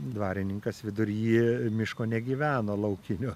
dvarininkas vidury miško negyveno laukinio